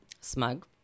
Smug